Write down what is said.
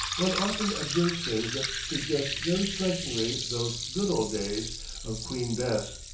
one often observes things that suggest very strikingly those good old days of queen bess.